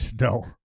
no